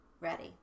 ready